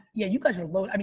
yeah you guys are lo. i mean